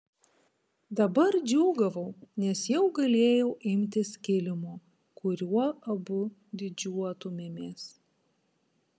dabar džiūgavau nes jau galėjau imtis kilimo kuriuo abu didžiuotumėmės